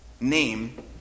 name